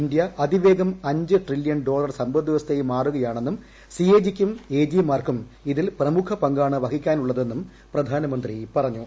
India അതിവേഗം അഞ്ച് trillion dollar സമ്പദ് വ്യവസ്ഥയായി മാറുകയാണെന്നും സി എ ജി ക്കും എ ജി മാർക്കും ഇതിൽ പ്രമുഖ പങ്കാണ് വഹിക്കാനുള്ളതെന്നും പ്രധാനമന്ത്രി പറഞ്ഞു